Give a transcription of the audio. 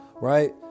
right